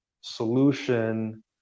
solution